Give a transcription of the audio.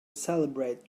celebrate